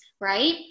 right